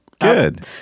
Good